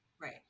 Right